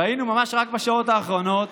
ראינו ממש רק בשעות האחרונות